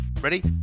Ready